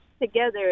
together